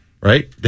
Right